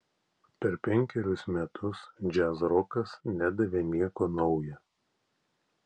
per penkerius metus džiazrokas nedavė nieko nauja